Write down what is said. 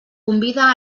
convida